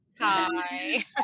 Hi